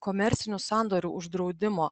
komercinių sandorių uždraudimo